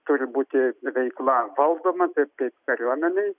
turi būti veikla valdoma taip kaip kariuomenėj